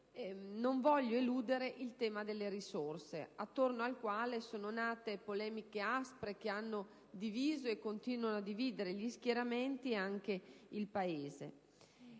non voglio eludere il tema delle risorse attorno al quale sono nate polemiche aspre, che hanno diviso e continuano a dividere gli schieramenti e anche il Paese.